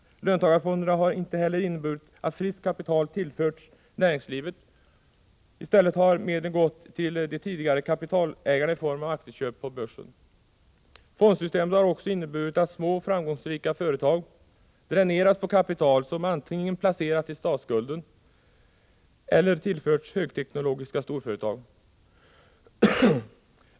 Löntagarfonderna har inte heller inneburit att friskt kapital tillförts näringslivet. I stället har medlen gått till de tidigare kapitalägarna i form av aktieköp på börsen. Fondsystemet har också inneburit att små framgångsrika företag har dränerats på kapital, som antingen placerats i statsskulden eller tillförts högteknologiska storföretag.